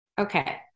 Okay